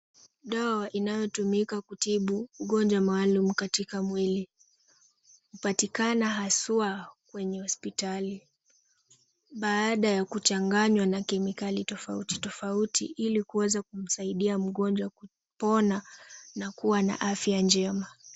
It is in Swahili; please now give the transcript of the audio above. Dawa inayotumika kutibu ugonjwa maalum katika mwili. Hupatikana haswa kwenye hospitali baada ya kuchanganywa na kemikali tofauti tofauti ili kuweza kusaidia mgonjwa kupona na kuwa na afya njema.